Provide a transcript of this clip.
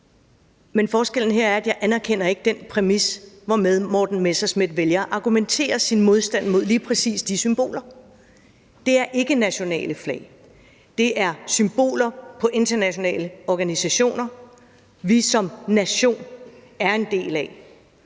Men forskellen her er, at jeg ikke anerkender den præmis, hvorudfra hr. Morten Messerschmidt vælger at argumentere for sin modstand mod lige præcis de symboler. Det er ikke nationale flag, det er symboler på internationale organisationer, som vi som nation er en del af.